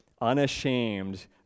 unashamed